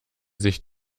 sich